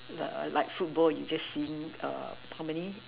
err like football you just seeing err how many